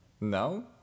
No